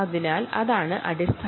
ഈ രീതിയിലാണ് നിങ്ങൾ ഇത് ചെയ്യണ്ടത്